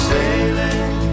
Sailing